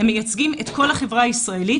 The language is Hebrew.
הם מייצגים את כל החברה הישראלית.